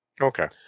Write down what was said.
Okay